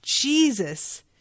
Jesus